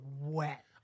wet